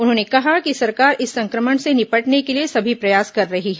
उन्होंने कहा कि सरकार इस संक्रमण से निपटने के लिए सभी प्रयास कर रही है